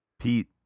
Pete